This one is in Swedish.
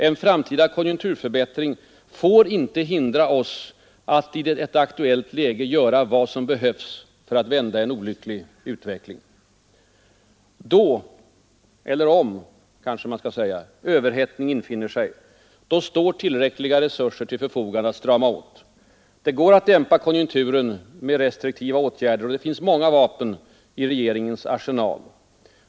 En framtida konjunkturförbättring får inte hindra oss att i ett aktuellt läge göra vad som behövs för att vända en olycklig utveckling. Då — eller om — överhettning infinner sig, står tillräckliga resurser till förfogande att strama åt. Det går att dämpa konjunkturen med restriktiva åtgärder. Det finns många vapen i regeringens arsenal.